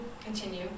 continue